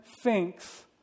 thinks